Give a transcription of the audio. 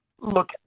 Look